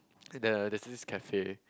the there's this cafe